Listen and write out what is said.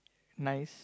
nice